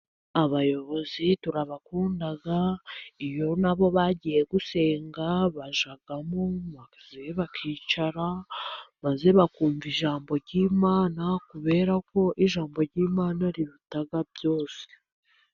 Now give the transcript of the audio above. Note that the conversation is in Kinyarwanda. Abayobozi turabakunda, iyo nabo bagiye gusenga bajyamo maze bakicara, maze bakumva ijambo ry'Imana kubera ko ijambo ry'Imana riruta byose.